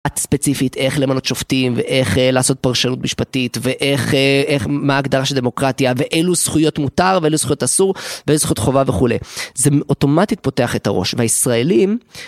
את ספציפית איך למנות שופטים ואיך לעשות פרשנות משפטית ואיך, מה ההגדרה של דמוקרטיה ואילו זכויות מותר ואילו זכויות אסור ואילו זכויות חובה וכולי. זה אוטומטית פותח את הראש, והישראלים